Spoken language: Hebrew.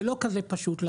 זה לא כזה פשוט.